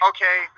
Okay